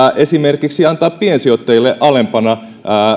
esimerkiksi antaa piensijoittajille alempana